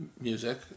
music